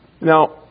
Now